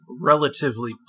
relatively